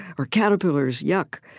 or, caterpillars, yuck.